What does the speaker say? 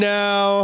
now